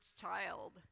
child